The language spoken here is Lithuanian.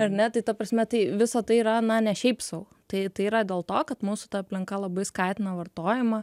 ar ne tai ta prasme tai visa tai yra na ne šiaip sau tai tai yra dėl to kad mūsų ta aplinka labai skatina vartojimą